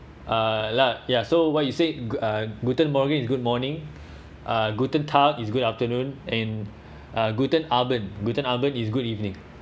uh lah ya so what you said uh guten morgen is good morning uh guten ta is good afternoon and uh is good evening